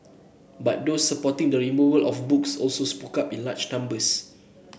but those supporting the removal of the books also spoke up in large numbers